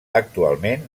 actualment